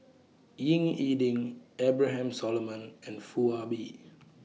Ying E Ding Abraham Solomon and Foo Ah Bee